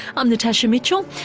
i'm natasha mitchell.